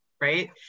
right